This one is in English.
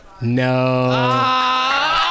No